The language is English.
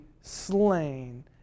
slain